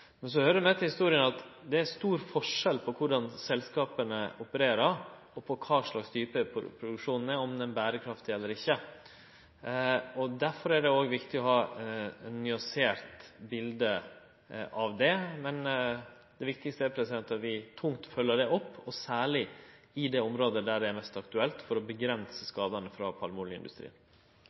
Så høyrer det med til historia at det er stor forskjell på korleis selskapa opererer og om produksjonen er berekraftig eller ikkje. Derfor er det òg viktig å ha eit nyansert bilete av det. Men det viktigaste er at vi følgjer dette tungt opp – særleg i det området der det er mest aktuelt, for å avgrense skadane frå